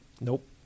Nope